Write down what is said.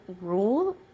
rule